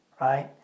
right